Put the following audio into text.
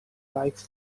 likes